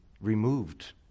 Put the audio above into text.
removed